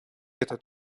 этот